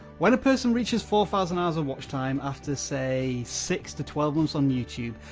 when a person reaches four thousand hours of watch time after say six to twelve months on youtube,